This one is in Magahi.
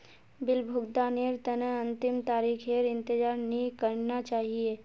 बिल भुगतानेर तने अंतिम तारीखेर इंतजार नइ करना चाहिए